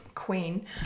queen